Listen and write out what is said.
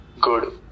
good